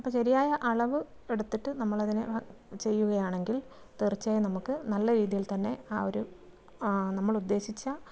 അപ്പോൾ ശരിയായ അളവ് എടുത്തിട്ട് നമ്മളതിനെ ചെയ്യുകയാണെങ്കിൽ തീർച്ചയായും നമുക്ക് നല്ല രീതിയിൽ തന്നെ ആ ഒരു നമ്മളുദ്ദേശിച്ച